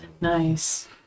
Nice